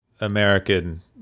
American